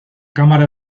cámara